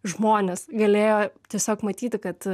žmonės galėjo tiesiog matyti kad